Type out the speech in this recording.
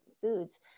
foods